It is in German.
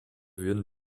würden